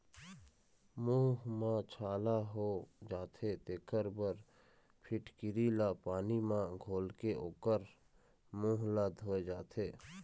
मूंह म छाला हो जाथे तेखर बर फिटकिरी ल पानी म घोलके ओखर मूंह ल धोए जाथे